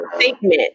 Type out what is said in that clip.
statement